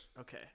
Okay